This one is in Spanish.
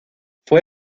fue